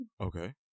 Okay